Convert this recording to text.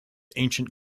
ancient